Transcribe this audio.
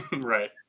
Right